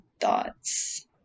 thoughts